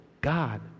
God